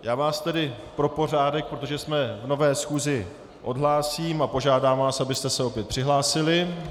Já vás tedy pro pořádek, protože jsme v nové schůzi, odhlásím a požádám vás, abyste se opět přihlásili.